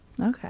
Okay